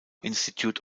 institute